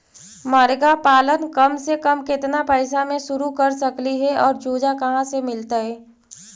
मरगा पालन कम से कम केतना पैसा में शुरू कर सकली हे और चुजा कहा से मिलतै?